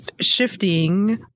shifting